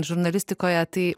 žurnalistikoje tai